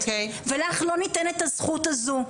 ולך לא ניתנת הזכות הזו.